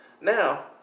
Now